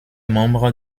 membre